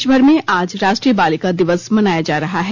देश भर में आज राष्ट्रीय बालिका दिवस मनाया जा रहा है